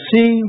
See